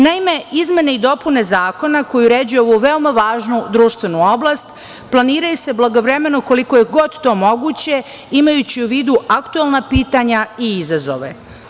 Naime, izmene i dopune zakona koji uređuju ovu veoma važnu društvenu oblast planiraju se blagovremeno, koliko je god to moguće, imajući u vidu aktuelna pitanja i izazove.